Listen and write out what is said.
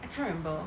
I can't remember